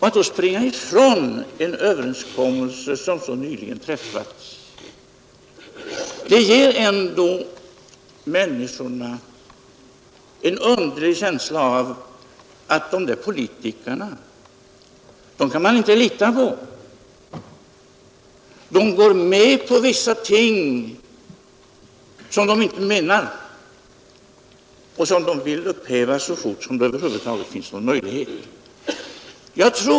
Att då springa ifrån en överenskommelse som så nyligen träffats ger ändå människorna en underlig känsla av att de där politikerna, dem kan man inte lita på. De går med på vissa ting som de inte menar och som de vill upphäva så fort det över huvud taget är möjligt.